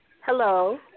Hello